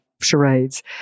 charades